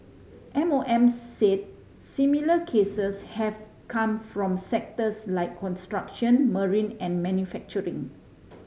M O M said similar cases have come from sectors like construction marine and manufacturing